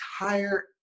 entire